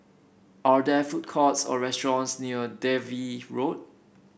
are there food courts or restaurants near Dalvey Road